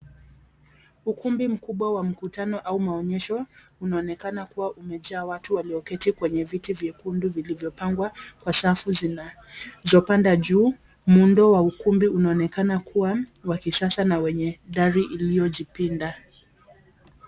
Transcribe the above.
Ukumbi mkubwa wa mkutano au maonyesho unaonekana kuwa umejaa watu walioketi kwenye viti vyekundu vilivyopangwa kwa safu zinazopanda juu. Muundo wa ukumbi unaonekana kuwa wa kisasa na wenye dari iliyojipinda.